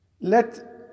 Let